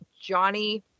Johnny